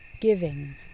Giving